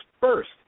first